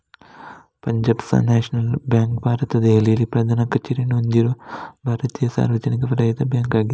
Punjab national bank ಭಾರತದ ದೆಹಲಿಯಲ್ಲಿ ಪ್ರಧಾನ ಕಚೇರಿಯನ್ನು ಹೊಂದಿರುವ ಭಾರತೀಯ ಸಾರ್ವಜನಿಕ ವಲಯದ ಬ್ಯಾಂಕ್ ಆಗಿದೆ